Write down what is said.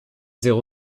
zéro